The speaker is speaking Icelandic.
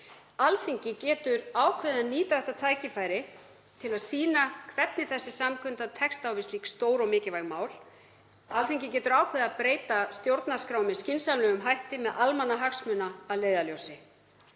Alþingi getur ákveðið að nýta þetta tækifæri til að sýna hvernig þessi samkunda tekst á við slík stór og mikilvæg mál. Alþingi getur ákveðið að breyta stjórnarskrá með skynsamlegum hætti með almannahagsmuni að leiðarljósi.